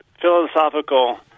philosophical